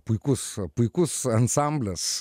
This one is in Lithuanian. puikus puikus ansamblis